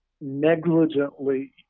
negligently